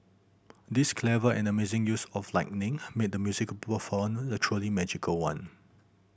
this clever and amazing use of lighting made the musical perform a truly magical one